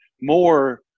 more